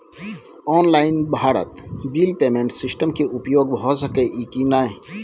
Online Bharat bill payment system के उपयोग भ सके इ की नय?